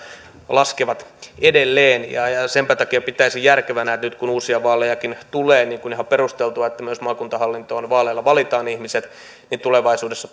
laskevat edelleen ja ja senpä takia pitäisin järkevänä että nyt kun uusia vaalejakin tulee koska on ihan perusteltua että myös maakuntahallintoon vaaleilla valitaan ihmiset niin tulevaisuudessa